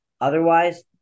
otherwise